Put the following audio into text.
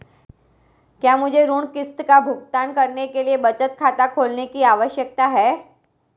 क्या मुझे ऋण किश्त का भुगतान करने के लिए बचत खाता खोलने की आवश्यकता है?